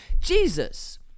Jesus